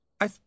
I